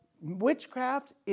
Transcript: witchcraft